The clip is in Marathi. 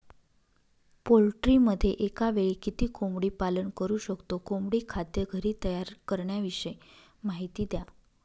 पोल्ट्रीमध्ये एकावेळी किती कोंबडी पालन करु शकतो? कोंबडी खाद्य घरी तयार करण्याविषयी माहिती द्या